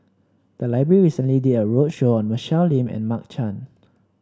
the library recently did a roadshow on Michelle Lim and Mark Chan